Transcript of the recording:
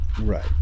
Right